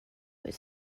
was